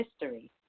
history